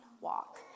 walk